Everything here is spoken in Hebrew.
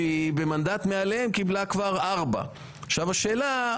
שהיא במנדט מעליהם קיבלה כבר 4. השאלה,